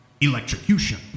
electrocution